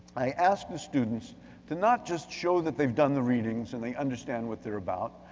i asked the students to not just show that they've done the readings and they understand what they're about,